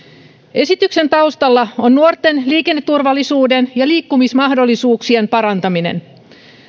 esityksen taustalla on nuorten liikenneturvallisuuden ja liikkumismahdollisuuksien parantaminen